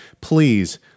please